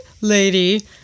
lady